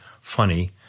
funny